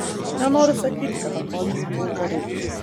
nenoriu sakyti kad atrodžiau vulgariai